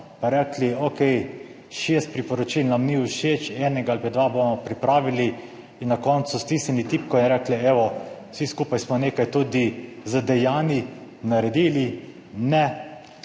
pa rekli, okej, šest priporočil nam ni všeč, enega ali pa dva bomo pripravili in na koncu stisnili tipko in rekli, evo, vsi skupaj smo nekaj tudi z dejanji naredili. Ne,